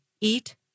Eat